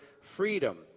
freedom